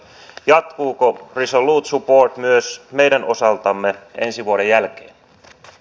jatkuuko resolute support myös meidän osaltamme ensi vuoden jälkeen